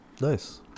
Nice